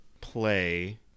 play